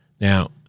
Now